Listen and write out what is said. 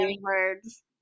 words